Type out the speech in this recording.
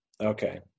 okay